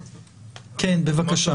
בבקשה.